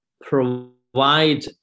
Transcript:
provide